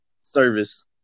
service